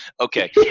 Okay